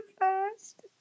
first